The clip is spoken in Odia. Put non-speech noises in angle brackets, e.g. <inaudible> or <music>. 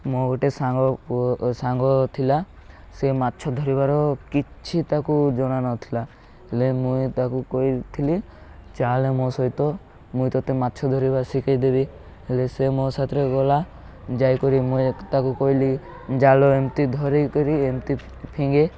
ମୋ ଗୋଟେ ସାଙ୍ଗ <unintelligible> ସାଙ୍ଗ ଥିଲା ସେ ମାଛ ଧରିବାର କିଛି ତାକୁ ଜଣା ନଥିଲା ହେଲେ ମୁଇଁ ତାକୁ କହିଥିଲି ଚାଲେ ମୋ ସହିତ ମୁଁ ତତେ ମାଛ ଧରିବା ଶିଖାଇଦେବି ହେଲେ ସେ ମୋ ସାଥିରେ ଗଲା ଯାଇକରି ମୁଇଁ <unintelligible> ତାକୁ କହିଲି ଜାଲ ଏମିତି ଧରି କରି ଏମିତି ଫିଙ୍ଗେ